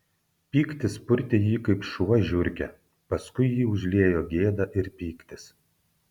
pyktis purtė jį kaip šuo žiurkę paskui jį užliejo gėda ir pyktis